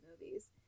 movies